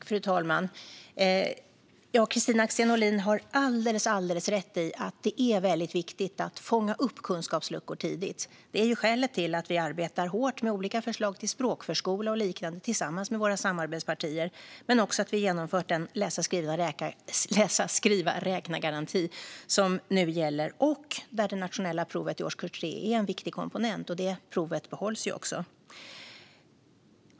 Fru talman! Kristina Axén Olin har alldeles rätt i att det är väldigt viktigt att fånga upp kunskapsluckor tidigt. Detta är skälet till att vi arbetar hårt med olika förslag till språkförskola och liknande tillsammans med våra samarbetspartier men också till att vi infört en läsa-skriva-räkna-garanti som nu gäller. Där är det nationella provet i årskurs 3 en viktig komponent, och detta prov behålls ju också.